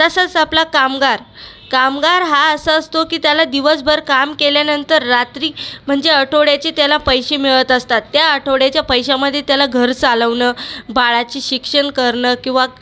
तसंच आपला कामगार कामगार हा असं असतो की त्याला दिवसभर काम केल्यानंतर रात्री म्हणजे आठवड्याचे त्याला पैसे मिळत असतात त्या आठवड्याच्या पैशामध्ये त्याला घर चालवणं बाळाचे शिक्षण करणं किंवा